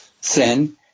sin